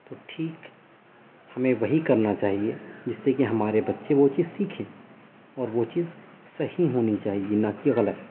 تو ٹھیک ہمیں وہی کرنا چاہیے جس سے کہ ہمارے بچے وہ چیز سیکھیں اور وہ چیز صحیح ہونی چاہیے نہ کہ غلط